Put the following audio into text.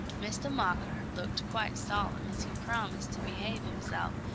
mistah mocker looked quite solemn as he promised to behave himself,